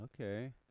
okay